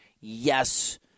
Yes